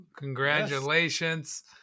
Congratulations